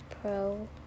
pro